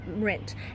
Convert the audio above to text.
rent